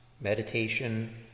meditation